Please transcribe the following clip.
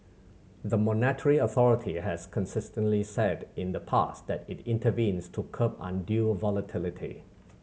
the monetary authority has consistently said in the past that it intervenes to curb undue volatility